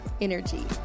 energy